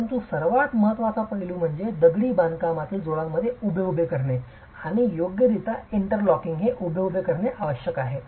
परंतु सर्वात महत्वाचा पैलू म्हणजे दगडी बांधकामातील जोडांमध्ये उभे उभे करणे आणि योग्यरित्या इंटरलॉकिंगसाठी हे उभे उभे करणे आवश्यक आहे